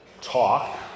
talk